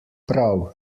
prav